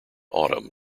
autumn